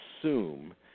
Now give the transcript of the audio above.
assume